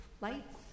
lights